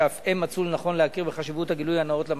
שאף הם מצאו לנכון להכיר בחשיבות הגילוי הנאות למשקיעים.